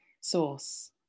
source